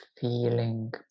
feeling